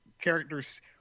characters